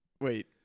wait